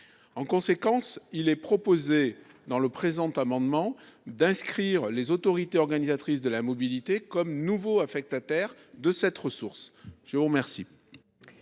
Par conséquent, il est proposé dans le présent amendement d’inscrire les autorités organisatrices de la mobilité comme nouveaux affectataires de la ressource. Les deux